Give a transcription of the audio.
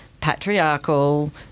patriarchal